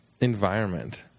environment